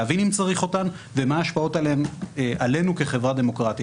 להבין אם צריך אותן ומה ההשפעות שלהן עלינו כחברה דמוקרטית.